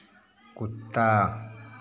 कुत्ता